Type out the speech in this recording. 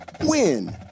WIN